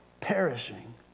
perishing